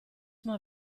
mal